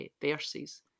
verses